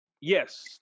Yes